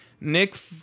Nick